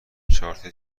چارت